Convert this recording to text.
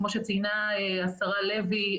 כמו שציינה השרה לוי,